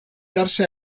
darse